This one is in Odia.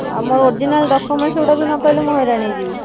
ଆଉ ମୋ ଅରିଜିନାଲ୍ ଡକ୍ୟୁମେଣ୍ଟସ୍ ଗୁଡ଼ାକ ବି ନ ପାଇଲେ ମୁଁ ହଇରାଣ ହେଇଯିବି